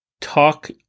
talk